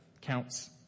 counts